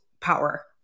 power